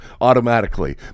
automatically